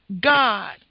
God